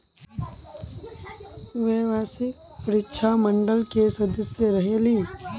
व्यावसायिक परीक्षा मंडल के सदस्य रहे ली?